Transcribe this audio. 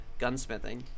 gunsmithing